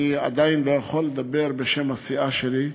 אני עדיין לא יכול לדבר בשם הסיעה שלי,